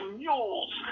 mules